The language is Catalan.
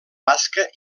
basca